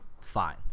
fine